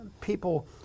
people